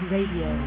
Radio